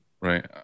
right